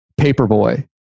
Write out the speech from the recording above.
Paperboy